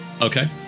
okay